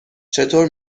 چطور